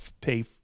pay